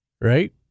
right